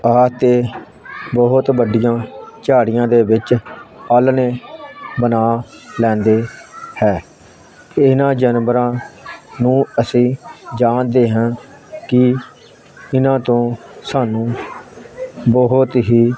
ਆ ਅਤੇ ਬਹੁਤ ਵੱਡੀਆਂ ਝਾੜੀਆਂ ਦੇ ਵਿੱਚ ਆਲ੍ਹਣੇ ਬਣਾ ਲੈਂਦੀ ਹੈ ਇਹਨਾਂ ਜਾਨਵਰਾਂ ਨੂੰ ਅਸੀਂ ਜਾਣਦੇ ਹਾਂ ਕਿ ਇਹਨਾਂ ਤੋਂ ਸਾਨੂੰ ਬਹੁਤ ਹੀ